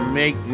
make